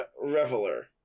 Reveler